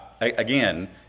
again